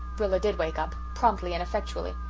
rilla did wake up, promptly and effectually.